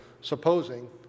supposing